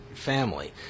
family